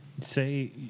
Say